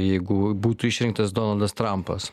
jeigu būtų išrinktas donaldas trampas